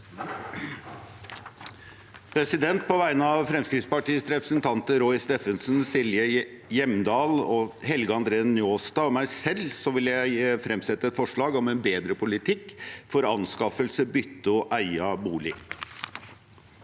På vegne av Fremskrittspartiets representanter Roy Steffensen, Silje Hjemdal, Helge André Njåstad og meg selv vil jeg fremsette et forslag om en bedre politikk for anskaffelse, bytte og eie av bolig.